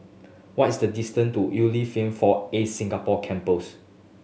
what is the distance to Unilever Four Acres Singapore Campus